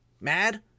mad